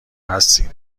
هستیم